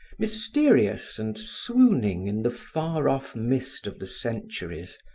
mysterious and swooning in the far-off mist of the centuries,